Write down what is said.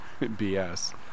BS